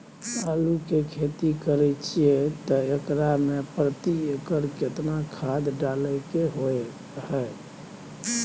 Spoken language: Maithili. आलू के खेती करे छिये त एकरा मे प्रति एकर केतना खाद डालय के होय हय?